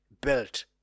built